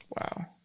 Wow